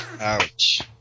Ouch